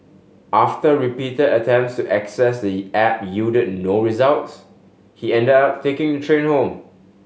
after repeated attempts access the app yielded no results he ended up taking the train home